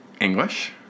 English